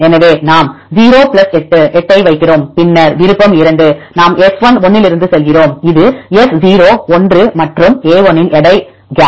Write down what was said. எனவே நாம் 0 8 8 ஐ வைக்கிறோம் பின்னர் விருப்பம் 2 நாம் S11 இலிருந்து செல்கிறோம் இது S01 மற்றும் a1 இன் எடை கேப்